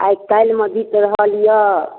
आइ काल्हिमे बीत रहल यऽ